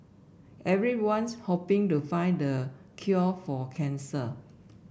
everyone's hoping to find the cure for cancer